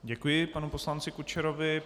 Děkuji panu poslanci Kučerovi.